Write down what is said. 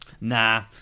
Nah